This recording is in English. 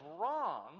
wrong